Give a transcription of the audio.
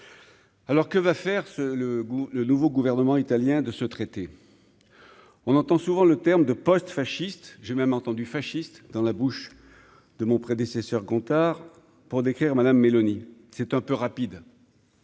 Alors que va faire ce le goût, le nouveau gouvernement italien de ce traité, on entend souvent le terme de post-fasciste, j'ai même entendu fasciste dans la bouche de mon prédécesseur Gontard pour décrire madame Meloni, c'est un peu rapide